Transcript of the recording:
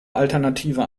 alternative